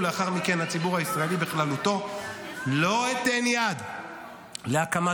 אבל דבר אחד